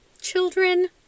children